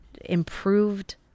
improved